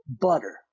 butter